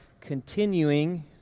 continuing